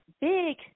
big